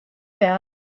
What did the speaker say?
bad